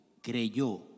creyó